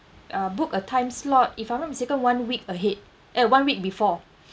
uh book a time slot if I'm not mistaken one week ahead uh one week before